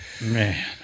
Man